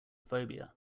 phobia